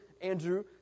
Andrew